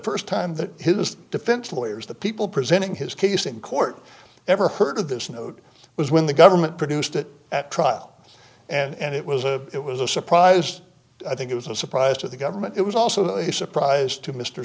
the st time that his defense lawyers the people presenting his case in court ever heard of this note was when the government produced it at trial and it was a it was a surprise i think it was a surprise to the government it was also a surprise to mr